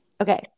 Okay